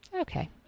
Okay